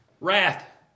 Wrath